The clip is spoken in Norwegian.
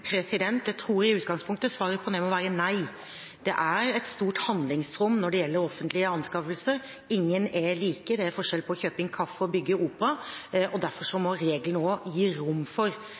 Jeg tror i utgangspunktet at svaret på det må være nei. Det er et stort handlingsrom når det gjelder offentlige anskaffelser, ingen er like. Det er forskjell på det å kjøpe inn kaffe og det å bygge opera, og derfor må reglene